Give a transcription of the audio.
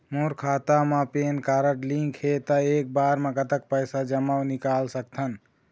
मोर खाता मा PAN card link हे ता एक बार मा कतक पैसा जमा अऊ निकाल सकथन?